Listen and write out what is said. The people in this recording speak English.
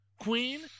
Queen